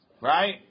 right